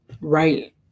right